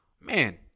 Man